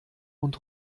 und